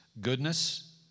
goodness